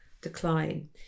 decline